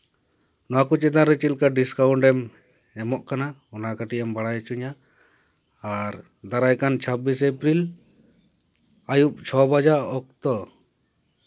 ᱱᱚᱣᱟ ᱠᱚ ᱪᱮᱛᱟᱱ ᱨᱮ ᱪᱮᱫᱠᱟ ᱰᱤᱥᱠᱟᱣᱩᱱᱴ ᱮᱢ ᱮᱢᱚᱜ ᱠᱟᱱᱟ ᱚᱱᱟ ᱠᱟᱹᱴᱤᱡ ᱮᱢ ᱵᱟᱲᱟᱭ ᱦᱚᱪᱚᱧᱟ ᱟᱨ ᱫᱟᱨᱟᱭ ᱠᱟᱱ ᱪᱷᱟᱵᱽᱵᱤᱥ ᱮᱯᱨᱤᱞ ᱟᱹᱭᱩᱵ ᱪᱷᱚ ᱵᱟᱡᱟᱜ ᱚᱠᱛᱚ